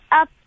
up